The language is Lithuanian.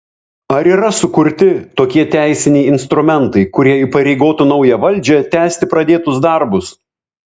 ar yra sukurti tokie teisiniai instrumentai kurie įpareigotų naują valdžią tęsti pradėtus darbus